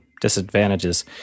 disadvantages